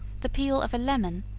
the peel of a lemon,